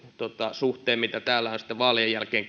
suhteen mitä täällä on sitten vaalien jälkeen